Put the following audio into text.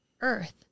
earth